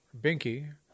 Binky